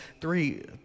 three